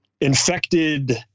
infected